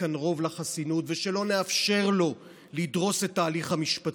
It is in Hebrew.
כאן רוב לחסינות ושלא נאפשר לו לדרוס את ההליך המשפטי,